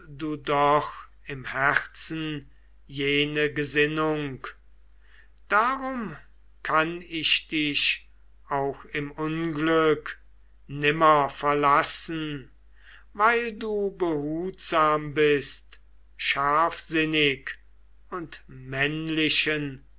du doch im herzen jene gesinnung darum kann ich dich auch im unglück nimmer verlassen weil du behutsam bist scharfsinnig und männlichen